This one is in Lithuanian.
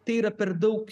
tai yra per daug